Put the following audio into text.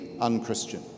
unchristian